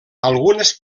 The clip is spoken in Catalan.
algunes